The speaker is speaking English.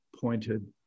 pointed